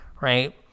right